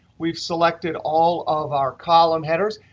we've selected all of our column headers.